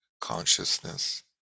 consciousness